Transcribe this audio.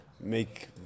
make